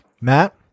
Matt